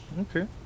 okay